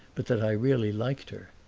but that i really liked her.